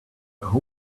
who